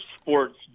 sports